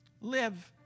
Live